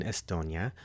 Estonia